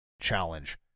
Challenge